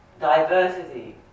diversity